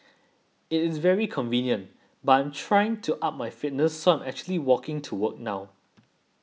it is very convenient but I'm trying to up my fitness so I'm actually walking to work now